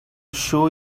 show